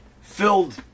filled